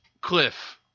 Cliff